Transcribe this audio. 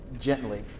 gently